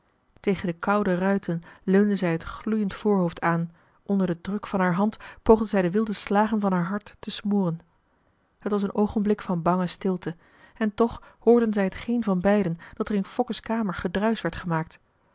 tegen de koude ruiten leunde zij het gloeiend voorhoofd aan onder den druk van haar hand poogde zij de wilde slagen van haar hart te smoren het was een oogenblik van bange stilte en toch hoorden zij t geen van beiden dat er in fokke's kamer gedruisch werd gemaakt